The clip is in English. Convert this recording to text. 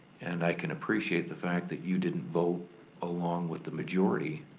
and i can appreciate the fact that you didn't vote along with the majority,